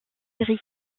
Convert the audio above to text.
série